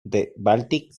baltic